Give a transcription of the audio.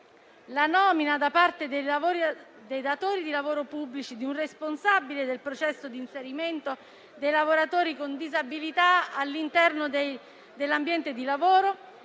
la nomina da parte dei datori di lavoro pubblici di un responsabile del processo di inserimento dei lavoratori con disabilità all'interno dell'ambiente di lavoro